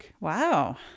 Wow